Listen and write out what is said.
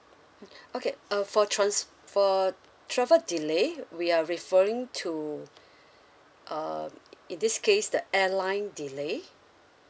mm okay uh for trans~ for travel delay we are referring to um in this case the airline delay